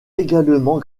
également